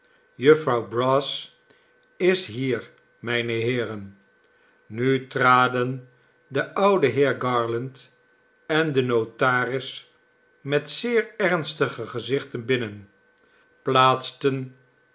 jufvrouw brass is hier mijne heeren nu traden de oude heer garland en de notaris met zeer ernstige gezichten binnen plaatsten